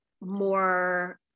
more